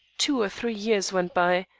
two or three years went by,